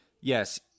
yes